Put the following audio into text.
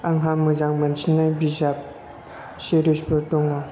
आंहा मोजां मोनसिननाय बिजाब सिरिसफोर दङ